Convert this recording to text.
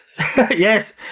Yes